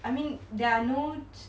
I mean there are no